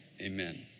Amen